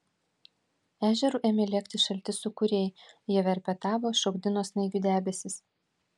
ežeru ėmė lėkti šalti sūkuriai jie verpetavo šokdino snaigių debesis